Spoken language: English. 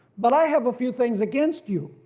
but i have a few things against you,